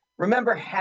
Remember